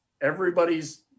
Everybody's